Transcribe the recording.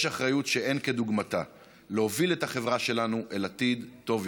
יש אחריות שאין כדוגמתה להוביל את החברה שלנו אל עתיד טוב יותר.